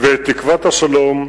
ואת תקוות השלום,